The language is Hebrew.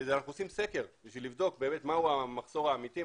אנחנו סקר כדי לבדוק מהו המחסור האמיתי,